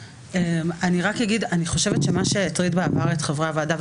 אני חושבת שמה שהטריד בעבר את חברי הוועדה,